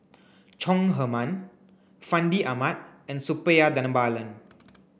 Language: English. Chong Heman Fandi Ahmad and Suppiah Dhanabalan